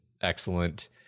excellent